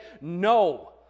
no